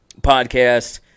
podcast